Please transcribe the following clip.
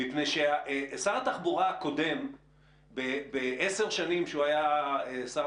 שר התחבורה הקודם בעשר שנים שהיה שר